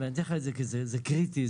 זה קריטי.